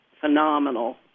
Phenomenal